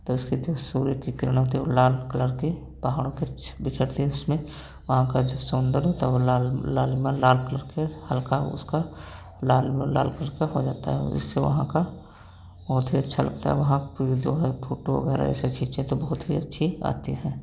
तो उसकी जो सूर्य की किरण होती है वो लाल कलर की पहाड़ों पे छ बिखरती है उसमें वहां का जो सौंदर्य होता है वो लाल लालिमा लाल कलर के हल्का उसका लाल लाल कलर का हो जाता है इससे वहां का बहुत ही अच्छा लगता है वहां जो है फोटो वगैरह जैसे खींचे तो बहुत ही अच्छी आती है